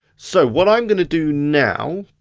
so what i'm gonna do now